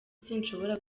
sinshobora